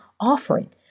offering